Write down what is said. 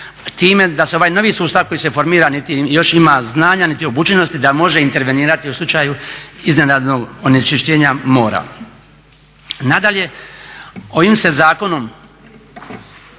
time da se ovaj sustav koji se formira niti još ima znanja niti obučenosti da može intervenirati u slučaju iznenadnog onečišćenja mora. Nadalje, ovim se zakonom